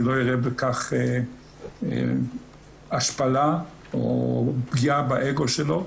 ולא יראה בכך השפלה או פגיעה באגו שלו.